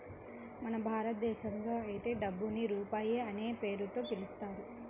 మన భారతదేశంలో అయితే డబ్బుని రూపాయి అనే పేరుతో పిలుస్తారు